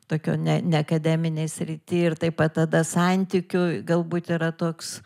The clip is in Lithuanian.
tokio ne neakademinėj srity ir taip pat tada santykių galbūt yra toks